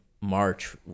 March